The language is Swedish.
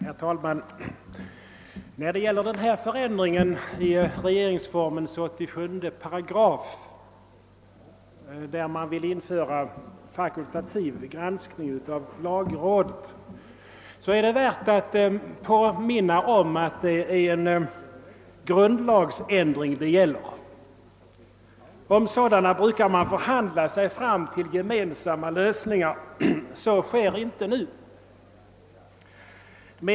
Herr talman! Beträffande den aktuella förändringen av regeringsformens 87 §§ som innebär att man vill införa fakultativ lagrådsgranskning är det värt att påminna om att detta är fråga om en grundlagsändring. Sådana brukar man förhandla sig fram till gemensamma lösningar om. Men så sker inte i det aktuella fallet.